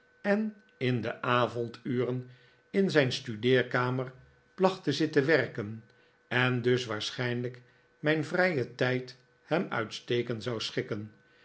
en in de avonduren in zijn studeerkamer placht te zitten werken en dus waarschijnlijk mijn vrije tijd hem uitstekend zou schikken